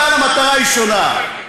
אבל המטרה היא שונה,